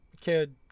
kid